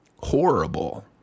horrible